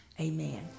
amen